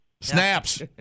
Snaps